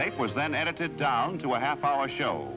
tape was then edited down to a happy hour show